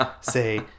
say